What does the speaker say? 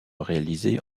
réalisée